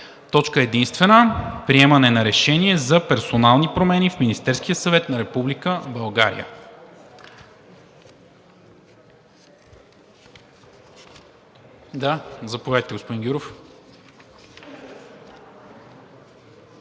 Постъпил е Проект на решение за персонални промени в Министерския съвет на Република България.